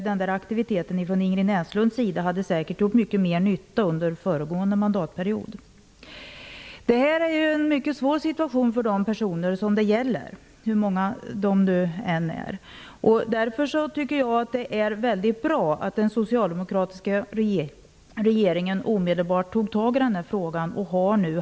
Den här aktiviteten från Ingrid Näslunds sida hade säkert gjort mycket mer nytta under den föregående mandatperioden. Detta är en mycket svår situation för de personer som det gäller - hur många de nu än är. Därför tycker jag att det är mycket bra att den socialdemokratiska regeringen omedelbart tog tag i frågan och nu har handlat.